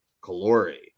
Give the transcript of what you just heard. glory